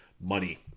money